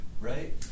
right